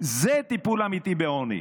זה טיפול אמיתי בעוני.